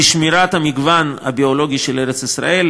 לשמירת המגוון הביולוגי של ארץ-ישראל,